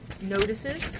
notices